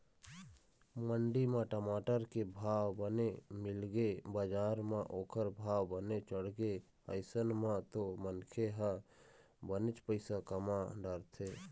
मंडी म टमाटर के भाव बने मिलगे बजार म ओखर भाव बने चढ़गे अइसन म तो मनखे ह बनेच पइसा कमा डरथे